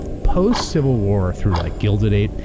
post-civil war through like gilded age,